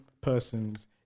persons